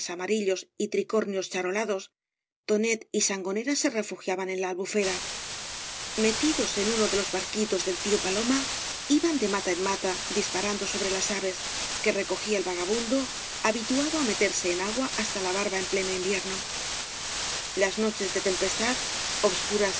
amarillos y tricornios charolados tonet y sangonera se refugiaban en la albufera metidos en uno de los barquitos del tío paloma iban de mata en mata disparando sobre las aves que recogía el vagabundo habituado á meterse en agua hasta la barba en pleno invierno las noches de tempestad obscuras y